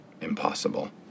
impossible